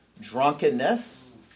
drunkenness